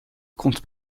comte